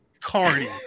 Cardi